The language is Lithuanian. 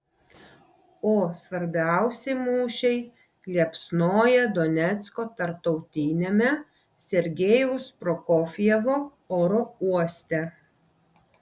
o svarbiausi mūšiai liepsnoja donecko tarptautiniame sergejaus prokofjevo oro uoste